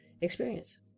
experience